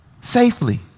safely